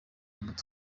imbuto